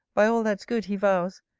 by all that's good, he vows,